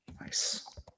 Nice